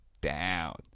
down